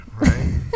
Right